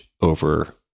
over